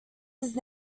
his